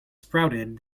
sprouted